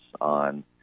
on